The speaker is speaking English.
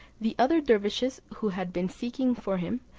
the other dervises, who had been seeking for him,